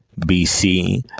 BC